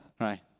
right